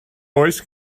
oes